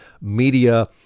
media